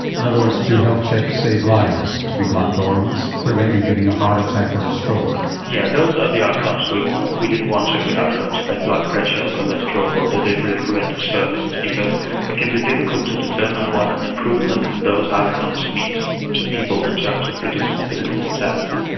in other words, do health checks save lives, to be blunt, or prevent you getting a heart attack or a stroke? yes, yeah those are the outcomes we want. we didn't want surrogate outcomes like blood pressure or cholesterol or delivery of preventive services, because it can be difficult to determine what an improvement in those outcomes means to people in terms of reduced morbidity and mortality.